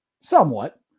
somewhat